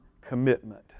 commitment